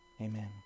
Amen